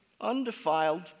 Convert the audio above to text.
undefiled